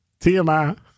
TMI